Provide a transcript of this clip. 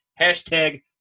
hashtag